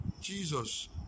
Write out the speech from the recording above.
Jesus